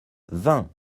vingt